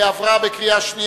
התש"ע 2009, נתקבלה בקריאה שנייה.